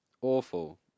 Awful